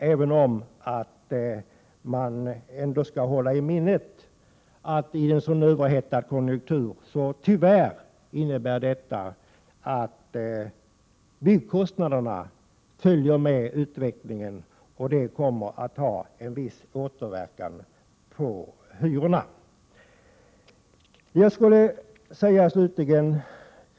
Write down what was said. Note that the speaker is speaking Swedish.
Man måste dock hålla i minnet att i en överhettad konjunktur kommer tyvärr även byggkostnaderna att följa med utvecklingen, vilket har en viss återverkan på hyrorna.